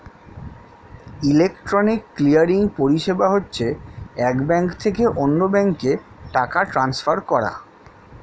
electronic clearing পরিষেবা হচ্ছে এক ব্যাঙ্ক থেকে অন্য ব্যাঙ্কে টাকা ট্রান্সফার করা